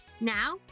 Now